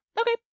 Okay